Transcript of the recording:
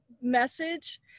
message